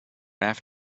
have